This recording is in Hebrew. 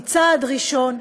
היא צעד ראשון,